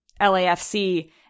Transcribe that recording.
LAFC